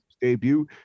debut